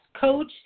coach